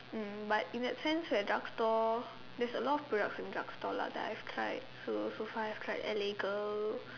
um but in that sense at drugstore there's a lot of products at drugstore lah that I have tried so so far I have tried L_A girl